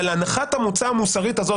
אבל הנחת המוצא המוסרית הזאת,